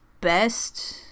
best